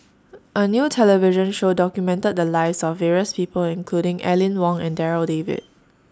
A New television Show documented The Lives of various People including Aline Wong and Darryl David